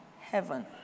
heaven